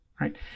right